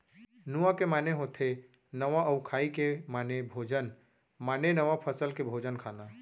नुआ के माने होथे नवा अउ खाई के माने भोजन माने नवा फसल के भोजन खाना